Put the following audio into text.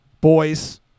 Boys